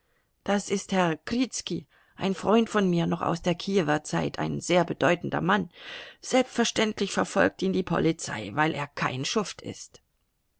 das ist herr krizki ein freund von mir noch aus der kiewer zeit ein sehr bedeutender mann selbstverständlich verfolgt ihn die polizei weil er kein schuft ist